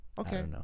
Okay